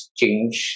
change